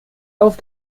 auf